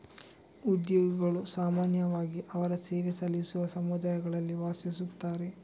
ಉದ್ಯೋಗಿಗಳು ಸಾಮಾನ್ಯವಾಗಿ ಅವರು ಸೇವೆ ಸಲ್ಲಿಸುವ ಸಮುದಾಯಗಳಲ್ಲಿ ವಾಸಿಸುತ್ತಾರೆ